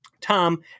Tom